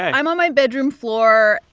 i'm on my bedroom floor.